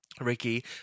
Ricky